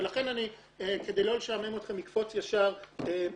ולכן אני, כדי לא לשעמם אתכם, אקפוץ ישר לתכלס: